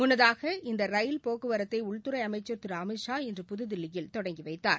முள்ளதாக இந்த ரயில் போக்குவரத்தை உள்துறை அமைச்சர் திரு அமித்ஷா இன்று புதுதில்லியில் தொடங்கி வைத்தார்